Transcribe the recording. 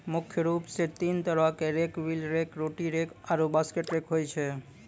मुख्य रूप सें तीन तरहो क rake wheel rake, rotary rake आरु बास्केट रेक होय छै